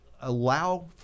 allow